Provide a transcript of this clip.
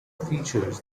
features